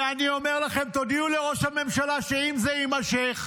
ואני אומר לכם: תודיעו לראש הממשלה שאם זה יימשך,